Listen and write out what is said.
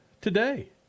today